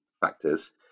factors